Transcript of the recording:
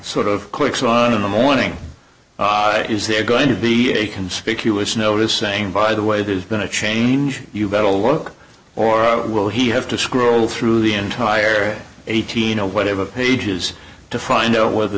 sort of clicks on in the morning is there going to be a conspicuous notice saying by the way there's been a change you bet will work or out will he have to scroll through the entire eighteen or whatever pages to find out whether